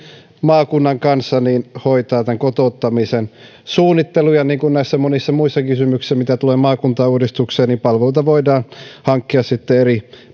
maakunnan kanssa hoitavat tämän kotouttamisen suunnittelu ja monissa muissa kysymyksissä mitä tulee maakuntauudistukseen palveluita voidaan hankkia sitten eri